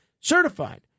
certified